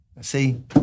See